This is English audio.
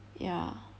ya